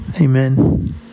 Amen